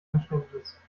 verständnis